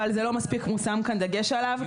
אבל לא מספיק הושם כאן דגש עליו,